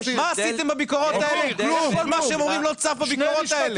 מה עשיתם בביקורות האלה אם כל מה שהם אומרים לא צף בביקורות האלה?